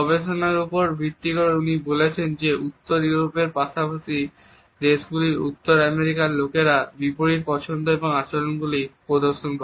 গবেষণার উপর ভিত্তি করে উনি বলেছেন যে উত্তর ইউরোপীয় দেশগুলির পাশাপাশি উত্তর আমেরিকার লোকেরা বিপরীত পছন্দ ও আচরণগুলি প্রদর্শন করে